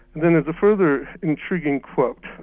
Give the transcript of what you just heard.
then there's a further intriguing quote.